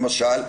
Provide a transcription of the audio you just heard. למשל,